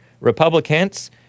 Republicans